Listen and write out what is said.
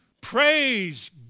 Praise